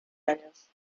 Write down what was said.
años